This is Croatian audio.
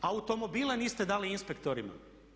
Automobile niste dali inspektorima.